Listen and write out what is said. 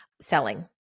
selling